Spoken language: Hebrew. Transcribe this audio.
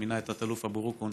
שמינה את תת-אלוף אבו רוקון